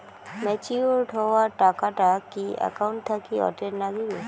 Matured হওয়া টাকাটা কি একাউন্ট থাকি অটের নাগিবে?